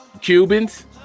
Cubans